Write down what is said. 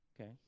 okay